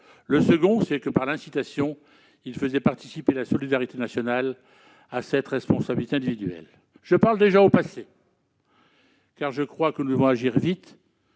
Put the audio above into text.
le second, c'est que, par l'incitation, il faisait participer la solidarité nationale à cette responsabilité individuelle. Je parle déjà au passé, car je crois que nous devons agir vite.